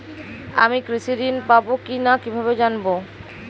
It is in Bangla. আমি কৃষি ঋণ পাবো কি না কিভাবে জানবো?